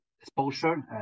exposure